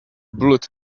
bullet